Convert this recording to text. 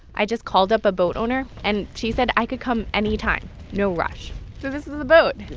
i just called up a boat owner, and she said i could come anytime no rush so this is the boat